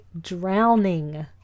drowning